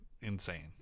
insane